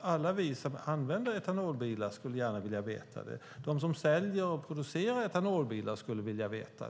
Alla som använder etanolbilar skulle vilja veta. De som producerar och säljer etanolbilar skulle vilja veta.